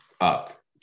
up